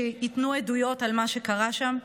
שייתנו עדויות על מה שקרה שם.